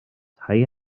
tai